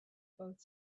both